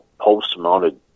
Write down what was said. post-mounted